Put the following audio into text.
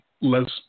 less